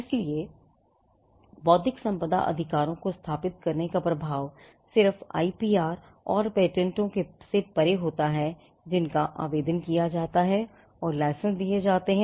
इसलिए बौद्धिक संपदा अधिकारों को स्थापित करने का प्रभाव सिर्फ आईपीआर और पेटेंटों से परे होता हैजिनका आवेदन किया जाता है और लाइसेंस दिए जाते हैं